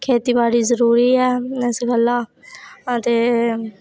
खेती बाड़ी जरूरी ऐ इस गल्ला अदे ं